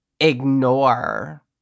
ignore